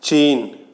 China